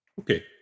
Okay